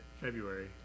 february